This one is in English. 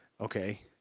okay